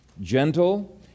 gentle